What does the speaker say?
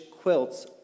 quilts